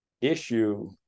issue